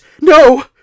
No